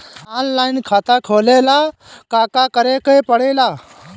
Online खाता खोले ला का का करे के पड़े ला?